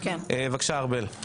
בבקשה, ארבל.